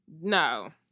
No